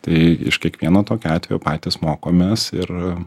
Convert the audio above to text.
tai iš kiekvieno tokio atvejo patys mokomės ir